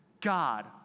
God